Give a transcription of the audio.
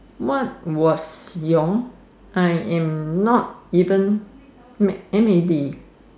what was your I am not even mad M A D